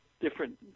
different